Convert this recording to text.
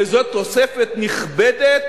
וזאת תוספת נכבדת